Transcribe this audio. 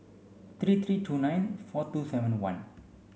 three three two nine four two seven one